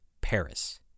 Paris